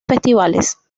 festivales